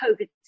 COVID